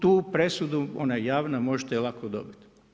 Tu presudu, ona je javna možete je lako dobiti.